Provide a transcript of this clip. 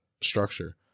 structure